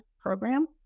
program